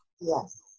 Yes